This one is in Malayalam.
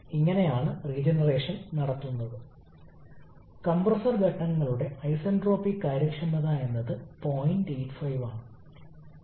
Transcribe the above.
അതുപോലെ ടർബൈനിൽ പ്രവർത്തന മാധ്യമത്തിന്റെ നിർദ്ദിഷ്ട വോളിയം കഴിയുന്നത്ര വലുതായിരിക്കണമെന്ന് നമ്മൾ ആഗ്രഹിക്കുന്നു